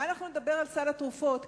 מה נדבר על סל התרופות,